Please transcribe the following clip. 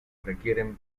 requieren